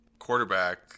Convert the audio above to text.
quarterback